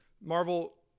Marvel